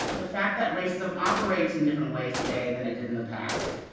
the fact that racism operates in different ways today than it did in the past,